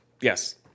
Yes